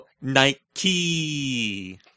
Nike